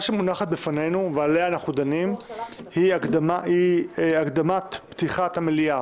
שמונחת בפנינו ועליה אנחנו דנים היא הקדמת פתיחת המליאה